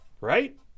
right